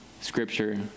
scripture